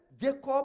Jacob